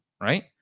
right